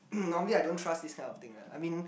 normally I don't trust this kind of thing ah I mean